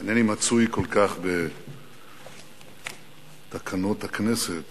מצוי כל כך בתקנון הכנסת